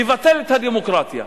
נבטל את הדמוקרטיה.